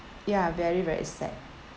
ya very very sad